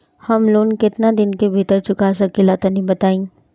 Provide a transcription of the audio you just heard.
हम लोन केतना दिन के भीतर चुका सकिला तनि बताईं?